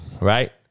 right